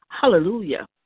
Hallelujah